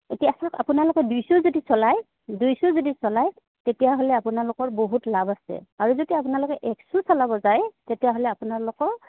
এতিয়া চাওক আপোনালোকে দুইশ্বু যদি চলায় দুইশ্বু যদি চলায় তেতিয়াহ'লে আপোনালোকৰ বহুত লাভ আছে আৰু যদি আপোনালোকে একশ্বু চলাব যায় তেতিয়াহ'লে আপোনালোকৰ